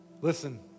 Listen